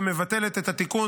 ומבטלת את התיקון.